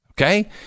Okay